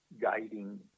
guiding